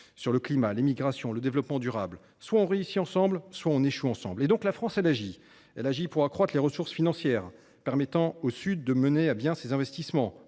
sur le climat, les migrations, le développement durable : soit on réussit ensemble, soit on échoue ensemble. La France agit. Elle agit pour accroître les ressources financières permettant au Sud de mener à bien ses investissements,